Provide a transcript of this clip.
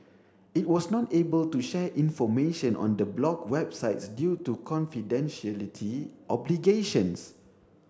it was not able to share information on the blocked websites due to confidentiality obligations